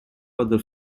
other